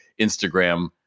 Instagram